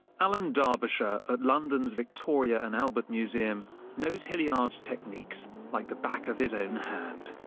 alan derbyshire at london's victoria and albert museum knows hilliard's techniques like the back of his own hand